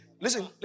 listen